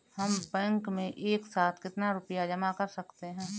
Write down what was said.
हम बैंक में एक साथ कितना रुपया जमा कर सकते हैं?